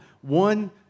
One